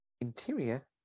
Interior